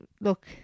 look